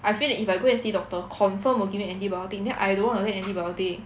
I feel that if I go and see doctor confirm will give me antibiotic then I don't want to take antibiotic